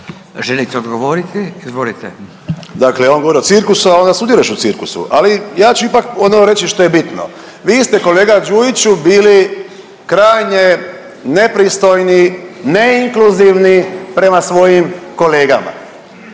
Hrvoje (HDS)** Dakle on govori o cirkusu, a onda sudjeluješ u cirkusu ali ja ću ipak ono reći što je bitno. Vi ste kolega Đujiću bili krajnje nepristojni, neinkluzivni prema svojim kolegama.